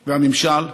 והממשל,